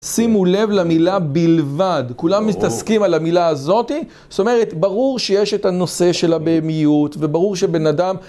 שימו לב למילה בלבד, כולם מתעסקים על המילה הזאתי? זאת אומרת, ברור שיש את הנושא של הבהמיות, וברור שבן אדם...